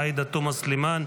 עאידה תומא סלימאן,